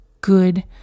good